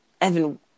Evan